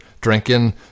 drinking